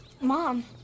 Mom